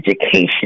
education